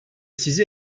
sizi